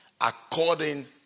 according